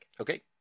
okay